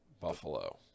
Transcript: Buffalo